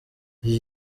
iki